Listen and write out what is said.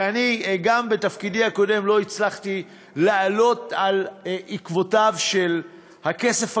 ואני גם בתפקידי הקודם לא הצלחתי לעלות על עקבותיו של הכסף הגדול,